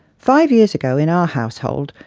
five years ago in our household,